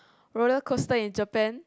roller coster in Japan